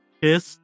kiss